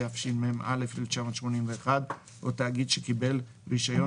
התשמ"א 1981 או תאגיד שקיבל רישיון